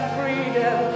freedom